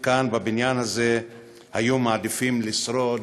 כאן בבניין הזה היו מעדיפים לשרוד